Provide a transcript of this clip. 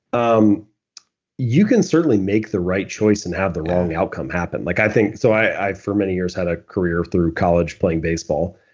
um you can certainly make the right choice and have the wrong outcome happen. like i think so i for many years had a career through college playing baseball.